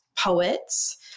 poets